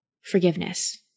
forgiveness